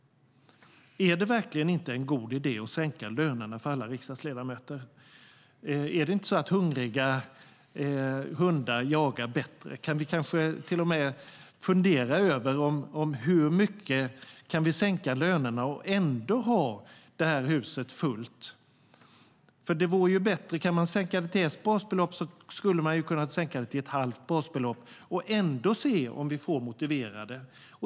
Är det verkligen inte en god idé att sänka lönerna för alla riksdagsledamöter? Är det inte så att hungriga hundar jagar bäst? Vi kanske till och med kan fundera över hur mycket vi kan sänka lönerna och ändå ha det här huset fullt. Kan man sänka den till ett basbelopp skulle man kunna sänka den till ett halvt basbelopp och se om vi ändå får ledamöter som är motiverade.